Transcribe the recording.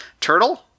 turtle